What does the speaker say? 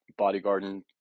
bodyguarding